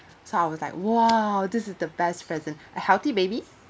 so I was like !wow! this is the best present a healthy baby